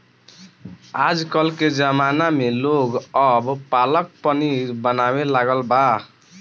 आजकल के ज़माना में लोग अब पालक पनीर बनावे लागल बा